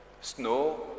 Snow